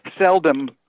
seldom